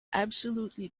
absolutely